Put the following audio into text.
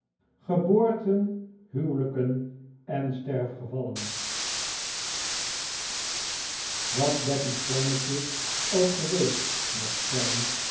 geboorten liuwelijken en sterfgevallen p at becky's plannetje ook geweest mocht zijn